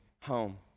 home